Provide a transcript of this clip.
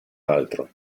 altro